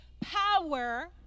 power